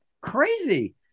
crazy